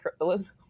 Elizabeth